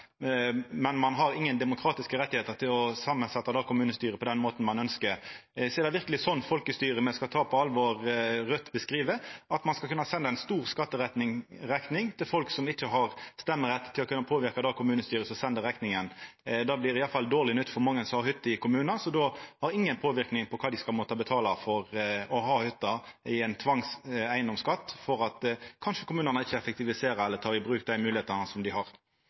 men ein har ingen demokratiske rettar til å setja saman det kommunestyret på den måten ein ønskjer. Skal me verkeleg ta på alvor eit slikt folkestyre som Raudt beskriv, at ein skal kunna senda ein stor skatterekning til folk som ikkje har røysterett til å kunna påverka det kommunestyret som sender rekninga? Det blir i alle fall dårleg nytt for mange som har hytter i kommunar der dei ikkje har nokon påverknad på kva dei skal måtta betala for å ha hytte, i ein tvangseigedomsskatt – kanskje fordi kommunane ikkje effektiviserer eller tek i bruk dei moglegheitene dei har.